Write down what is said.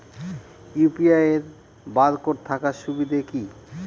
UPI এর barcode থাকার সুবিধে কি?